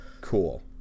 Cool